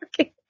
Okay